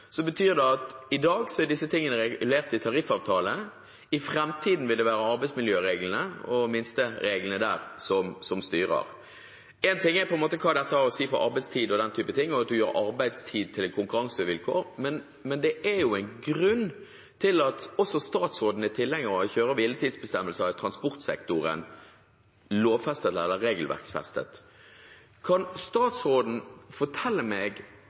i dag regulert i tariffavtale, mens det i framtiden vil være arbeidsmiljøloven og minstereglene der som styrer. Én ting er hva dette har å si for arbeidstid og den typen ting, at man gjør arbeidstid til et konkurransevilkår, men det er jo en grunn til at også statsråden er tilhenger av kjøre- og hviletidsbestemmelser i transportsektoren – lovfestet eller regelverksfestet. Kan statsråden fortelle meg